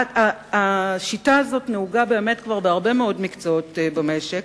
השיטה הזו נהוגה בהרבה מאוד מקצועות במשק.